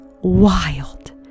Wild